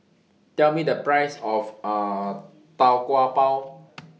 Tell Me The Price of Tau Kwa Pau